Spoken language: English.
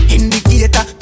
Indicator